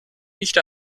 nicht